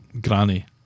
granny